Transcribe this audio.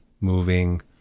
moving